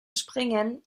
springen